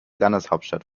landeshauptstadt